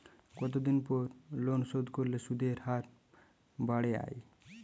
কতদিন পর লোন শোধ করলে সুদের হার বাড়ে য়ায়?